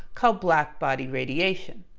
called blackbody radiation.